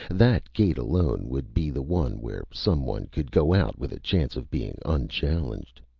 that gate, alone, would be the one where someone could go out with a chance of being unchallenged.